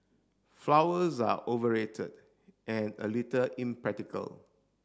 flowers are overrated and a little impractical